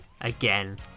again